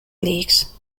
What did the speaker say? leagues